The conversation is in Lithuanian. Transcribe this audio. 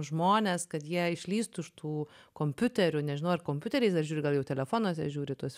žmones kad jie išlįstų iš tų kompiuterių nežinau ar kompiuteriais ir gal jau telefonuose žiūri tuos